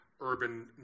urban